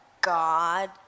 God